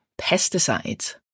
pesticides